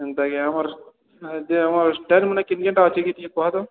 ଏନ୍ତା କି ଆମର ଷ୍ଟାଇଲ୍ ମାନେ କେନ୍ କେନ୍ଟା ଅଛି ଟିକେ କହ ତ